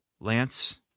Lance